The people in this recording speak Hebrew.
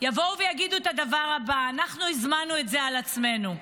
יבואו ויגידו את הדבר הבא: אנחנו הזמנו את זה על עצמנו,